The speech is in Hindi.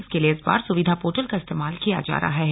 इसके लिए इस बार सुविधा पोर्टल का इस्तेमाल किया जा रहा है